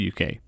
UK